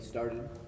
started